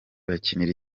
bakinira